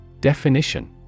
Definition